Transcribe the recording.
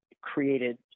created